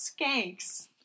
skanks